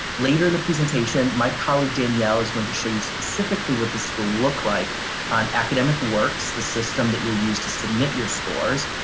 later in the presentation, my colleague danielle is going to show you specifically what this will look like on academic works, the system that you'll use to submit your scores,